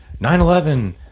9-11